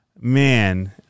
man